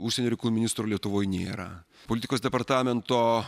užsienio reikalų ministro lietuvoje nėra politikos departamento